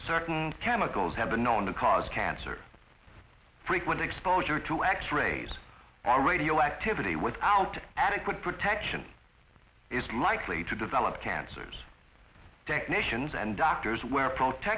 certain chemicals have been known to cause cancer frequent exposure to x rays all radioactivity without adequate protection is likely to develop cancers technicians and doctors wear pro te